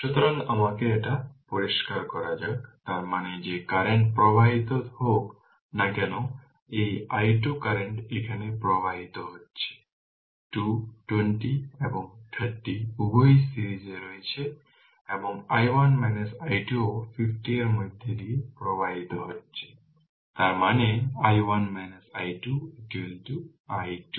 সুতরাং আমাকে এটা পরিষ্কার করা যাক তার মানে যে কারেন্ট প্রবাহিত হোক না কেন এই i2 কারেন্ট এখানে প্রবাহিত হচ্ছে 2 20 এবং 30 উভয়ই সিরিজে এবং i1 i2ও 50 এর মধ্য দিয়ে প্রবাহিত হচ্ছে তার মানে i1 i2 i2